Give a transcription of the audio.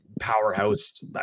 powerhouse